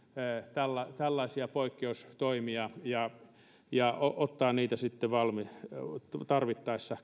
tällaisia tällaisia poikkeustoimia ja ja ottaa niitä sitten tarvittaessa